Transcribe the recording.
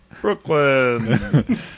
Brooklyn